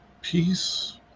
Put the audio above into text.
peace